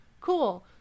cool